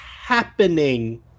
happening